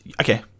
okay